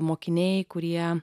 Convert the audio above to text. mokiniai kurie